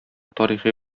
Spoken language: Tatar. тарихи